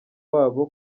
wabo